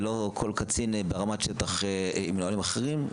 ולא כל קצין ברמת שטח עם נהלים אחרים.